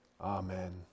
Amen